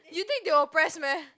you think they will press meh